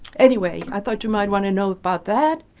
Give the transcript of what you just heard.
anyway i thought you might want to know about that.